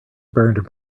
burned